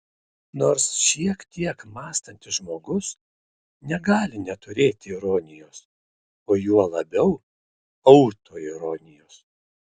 nors šiek tiek mąstantis žmogus negali neturėti ironijos o juo labiau autoironijos